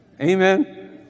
amen